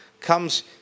comes